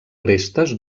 restes